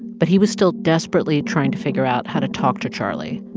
but he was still desperately trying to figure out how to talk to charlie,